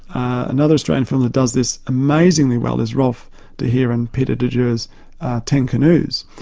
another australian film that does this amazingly well is rolf de heer and peter djigirr's ten canoes.